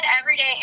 everyday